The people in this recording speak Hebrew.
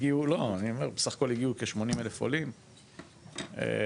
הגיעו 80,000 עולים,